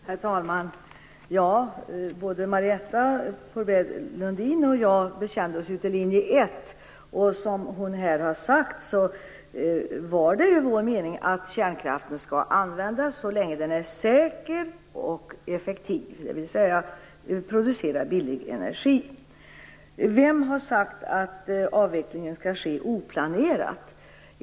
Herr talman! Både Marietta de Pourbaix-Lundin och jag bekände oss ju till linje 1, och som hon här har sagt var det vår mening att kärnkraften skulle användas så länge den är säker och effektiv, dvs. producerar billig energi. Vem har sagt att avvecklingen skall ske oplanerat?